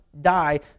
die